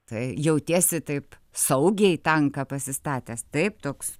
tai jautiesi taip saugiai tanką pasistatęs taip toks